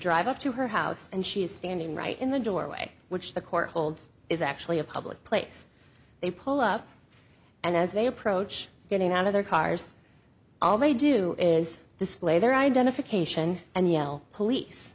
drive up to her house and she is standing right in the doorway which the court holds is actually a public place they pull up and as they approach getting out of their cars all they do is display their identification and the police